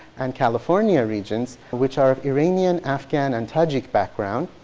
and california regions which are iranian, afghan, and tajik background,